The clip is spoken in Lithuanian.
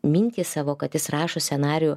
mintį savo kad jis rašo scenarijų